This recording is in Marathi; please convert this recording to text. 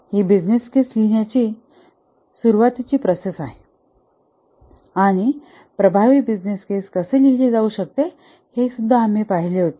ही बिझनेस केस लिहिण्याची सुरुवातीची प्रोसेस आहे आणि प्रभावी बिझनेस केस कसे लिहिले जाऊ शकते हे आम्ही पाहिले होते